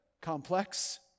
complex